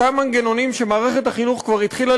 אותם מנגנונים שמערכת החינוך כבר התחילה